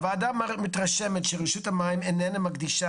הוועדה מתרשמת שרשות המים איננה מקדישה